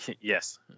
Yes